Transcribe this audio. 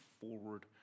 forward